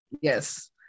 Yes